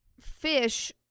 fish